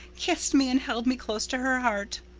kissed me and held me close to her heart.